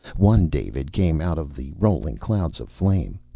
one david came out of the rolling clouds of flame.